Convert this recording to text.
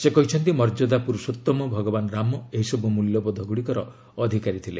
ସେ କହିଛନ୍ତି ମର୍ଯ୍ୟାଦା ପୁରୁଷୋଉମ ଭଗବାନ ରାମ ଏହିସବୁ ମୂଲ୍ୟବୋଧଗୁଡ଼ିକର ଅଧିକାରୀ ଥିଲେ